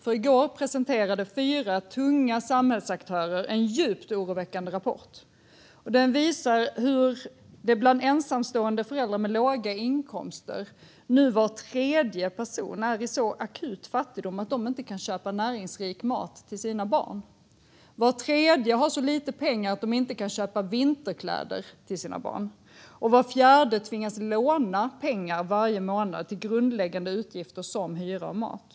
I går presenterade fyra tunga samhällsaktörer en djupt oroväckande rapport som visar att ensamstående föräldrar med låga inkomster - nu var tredje person - lever i en så akut fattigdom att de inte kan köpa näringsrik mat till sina barn. Var tredje har så lite pengar att de inte kan köpa vinterkläder till sina barn, och var fjärde tvingas låna pengar varje månad till grundläggande utgifter som hyra och mat.